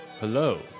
hello